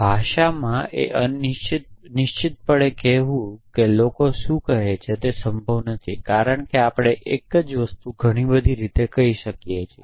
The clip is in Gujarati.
ભાષામાં એ નિશ્ચિતપણે કહેવું કે લોકો શું કહે છે તે સંભવ નથી કારણ કે આપણે એક જ વસ્તુ ઘણી બધી રીતે કહી શકીએ છીએ